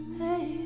hey